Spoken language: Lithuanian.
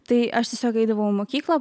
tai aš tiesiog eidavau į mokyklą